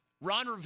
Ron